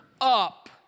up